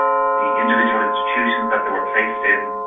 the individual institutions that they were placed in,